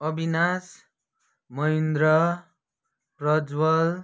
Avinash Mahendra Prajwal